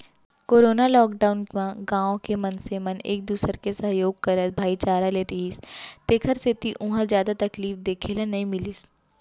corona lockdown म गाँव के मनसे मन एक दूसर के सहयोग करत भाईचारा ले रिहिस तेखर सेती उहाँ जादा तकलीफ देखे ल नइ मिलिस